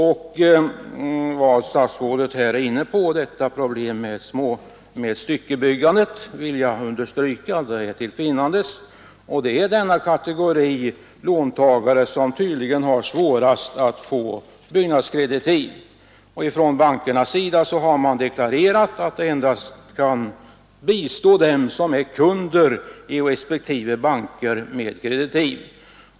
Eftersom statsrådet i sitt svar tar upp problemet om styckebyggda småhus vill jag understryka att det verkligen finns och att det är denna kategori låntagare som tydligen har svårast att få byggnadskreditiv. Bankerna har deklarerat att de endast skall bistå dem som är kunder i respektive banker med kreditiv.